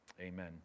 Amen